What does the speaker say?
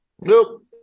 nope